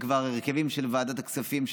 וכבר הרכבים של ועדת הכספים,